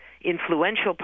influential